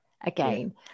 again